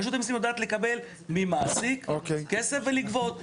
רשות המיסים יודעת לקבל ממעסיק כסף ולגבות.